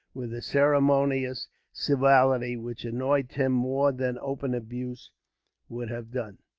with a ceremonious civility which annoyed tim more than open abuse would have done.